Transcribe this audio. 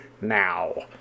now